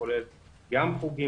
שכוללת גם חוגים.